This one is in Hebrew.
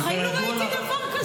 בחיים לא ראיתי דבר כזה.